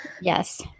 Yes